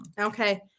Okay